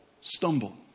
stumble